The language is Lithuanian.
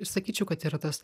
sakyčiau kad yra tas